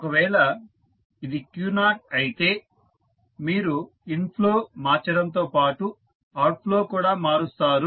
ఒకవేళ ఇది q0 అయితే మీరు ఇన్ఫ్లో మార్చడంతో పాటు అవుట్ఫ్లో కూడా మారుస్తారు